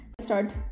start